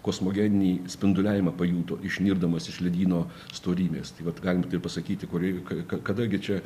kosmogeninį spinduliavimą pajuto išnirdamas iš ledyno storį bės taip pat galima taip pasakyti kurioj kadangi čia